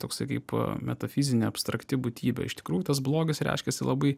toksai kaip metafizinė abstrakti būtybė iš tikrųjų tas blogas reiškiasi labai